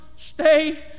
Stay